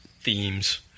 themes